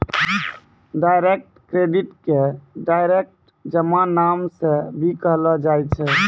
direct credit के direct जमा नाम से भी कहलो जाय छै